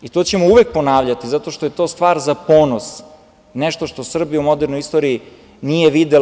To ćemo uvek ponavljati zato što je to stvar za ponos, nešto što Srbija u modernoj istoriji nije videla.